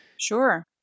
Sure